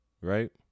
right